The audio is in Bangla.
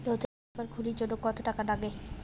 নতুন একাউন্ট খুলির জন্যে কত টাকা নাগে?